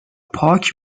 پاک